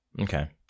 Okay